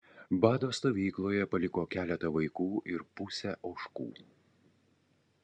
bado stovykloje paliko keletą vaikų ir pusę ožkų